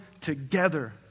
together